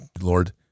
Lord